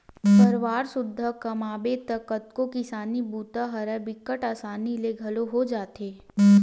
परवार सुद्धा कमाबे त कतको किसानी बूता राहय बिकट असानी ले घलोक हो जाथे